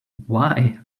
why